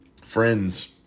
friends